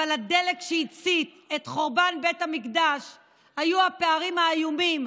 אבל הדלק שהצית את חורבן בית המקדש היה הפערים האיומים,